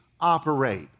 operate